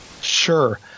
Sure